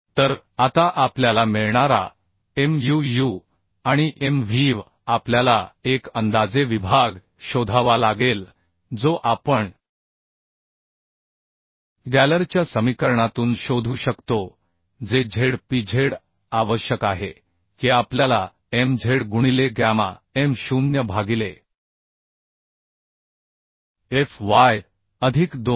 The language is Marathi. तर आता आपल्याला मिळणारा Muu आणि Mvv आपल्याला एक अंदाजे विभाग शोधावा लागेल जो आपणगॅलरच्या समीकरणातून शोधू शकतो जे Zpz आवश्यक आहे की आपल्याला Mzगुणिले गॅमा M0 भागिले fyअधिक 2